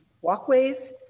walkways